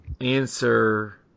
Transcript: answer